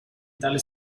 tale